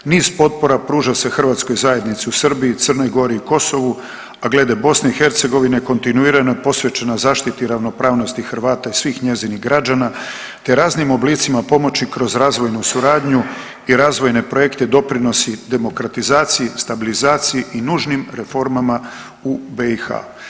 Niz potpora pruža se Hrvatskoj zajednici u Srbiji, Crnoj Gori i Kosovu, a glede Bosne i Hercegovine kontinuirano je posvećena zaštiti ravnopravnosti Hrvata i svih njezinih građana, te raznim oblicima pomoći kroz razvojnu suradnju i razvojne projekte doprinosi demokratizaciji, stabilizaciji i nužnim reformama u BiH.